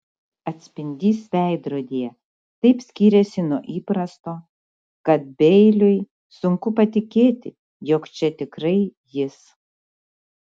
atspindys veidrodyje taip skiriasi nuo įprasto kad beiliui sunku patikėti jog čia tikrai jis